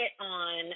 on